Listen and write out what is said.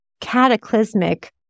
cataclysmic